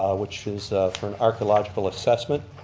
which is for an archeological assessment.